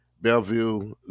Bellevue